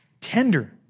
tender